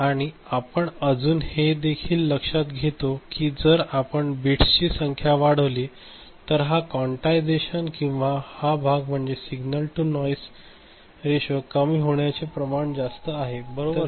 आणि आपण अजून हे देखील लक्षात घेतो की जर आपण बिट्सची संख्या वाढविली तर हा क्वान्टायझेशन किंवा हा भाग म्हणजे सिग्नल टू नॉईस कमी होण्याचे प्रमाण जास्त आहे बरोबर